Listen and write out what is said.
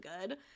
good